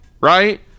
Right